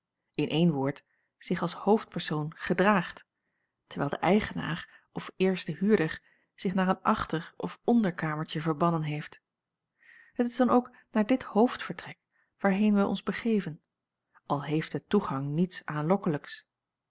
in één woord zich als hoofdpersoon gedraagt terwijl de eigenaar of eerste huurder zich naar een achter of onderkamertje verbannen heeft het is dan ook naar dit hoofdvertrek waarheen wij ons begeven al heeft de toegang niets aanlokkelijks